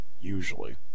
usually